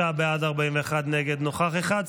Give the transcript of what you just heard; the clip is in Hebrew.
59 בעד, 41 נגד, נוכח אחד.